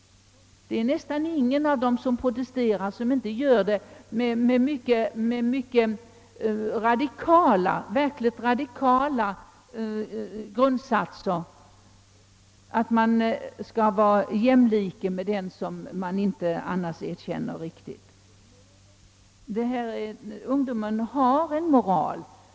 Det är nästan ingen av dem som protesterar som inte gör det med ledning av verkligt radikala grundsatser, t.ex. att man skall vara en jämlike till den som man inte annars riktigt erkänner. Ungdomen har en moral.